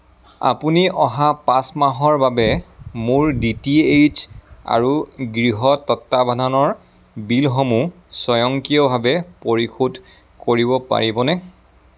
আপুনি অহা পাঁচ মাহৰ বাবে মোৰ ডি টি এইচ আৰু গৃহ তত্বাৱধানৰ বিলসমূহ স্বয়ংক্ৰিয়ভাৱে পৰিশোধ কৰিব পাৰিবনে